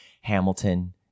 Hamilton